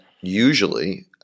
usually